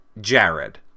Jared